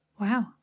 Wow